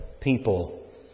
people